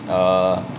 err